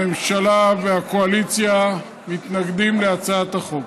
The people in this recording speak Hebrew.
הממשלה והקואליציה מתנגדים להצעות החוק.